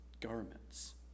garments